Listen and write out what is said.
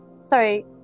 sorry